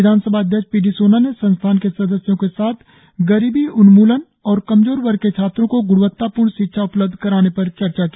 विधानसभा अध्यक्ष P D Sona ने संस्थान के सदस्यों के साथ गरीबी उन्मुलन और कमजोर वर्ग के छात्रों को ग्णवत्तापूर्ण शिक्षा उपलब्ध कराने पर चर्चा की